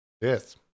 Yes